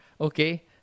Okay